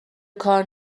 کار